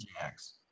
Jacks